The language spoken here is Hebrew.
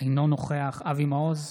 אינו נוכח אבי מעוז,